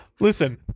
Listen